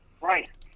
Right